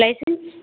license